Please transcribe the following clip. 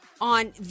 on